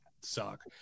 suck